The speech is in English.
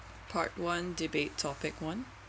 part one debate topic one